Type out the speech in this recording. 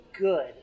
good